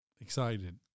excited